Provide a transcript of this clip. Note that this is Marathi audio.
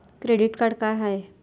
क्रेडिट कार्ड का हाय?